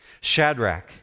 Shadrach